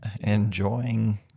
enjoying